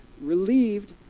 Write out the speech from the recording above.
relieved